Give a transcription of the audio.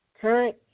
current